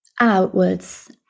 outwards